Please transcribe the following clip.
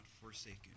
Forsaken